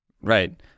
Right